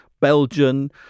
Belgian